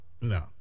No